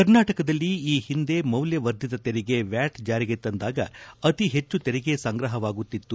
ಕರ್ನಾಟಕದಲ್ಲಿ ಈ ಹಿಂದೆ ಮೌಲ್ಯವರ್ಧಿತ ತೆರಿಗೆ ವ್ಯಾಟ್ ಜಾರಿಗೆ ತಂದಾಗ ಅತಿ ಹೆಚ್ಚು ತೆರಿಗೆ ಸಂಗ್ರಹವಾಗುತ್ತಿತ್ತು